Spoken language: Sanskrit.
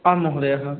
आं महोदय